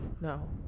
No